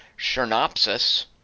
Chernopsis